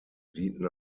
dienten